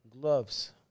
gloves